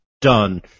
done